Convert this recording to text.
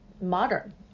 modern